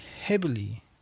heavily